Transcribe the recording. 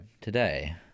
today